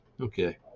okay